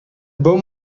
bomen